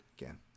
Again